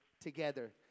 together